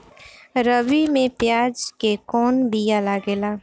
रबी में प्याज के कौन बीया लागेला?